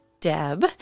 Deb